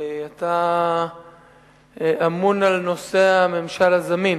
הרי אתה אמון על נושא הממשל הזמין.